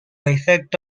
effect